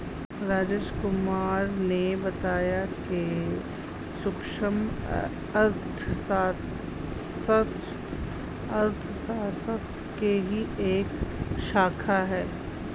राजेश कुमार ने बताया कि सूक्ष्म अर्थशास्त्र अर्थशास्त्र की ही एक शाखा है